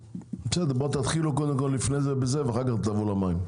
בסדר, תתחילו קודם כל בזה ואחר כך תעברו למים.